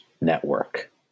network